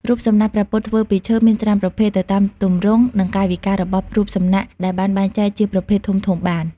រូបសំណាកព្រះពុទ្ធធ្វើពីឈើមានច្រើនប្រភេទទៅតាមទម្រង់និងកាយវិការរបស់រូបសំណាក ដែលអាចបែងចែកជាប្រភេទធំៗបាន។